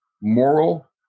moral